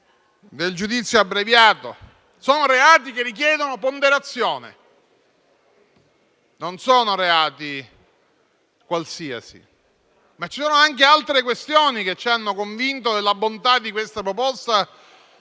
del giudizio abbreviato. Sono reati che richiedono ponderazione, non sono reati qualsiasi. Ci sono anche ulteriori questioni, però, che ci hanno convinti della bontà di questa proposta,